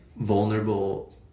vulnerable